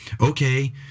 Okay